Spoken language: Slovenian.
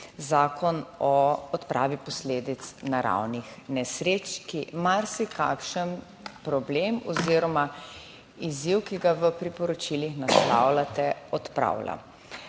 Zakon o odpravi posledic naravnih nesreč, ki marsikakšen problem oziroma izziv, ki ga v priporočilih naslavljate, odpravlja.